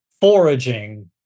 foraging